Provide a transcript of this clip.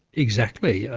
exactly.